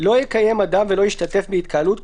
לא יקיים אדם ולא ישתתף בהתקהלות,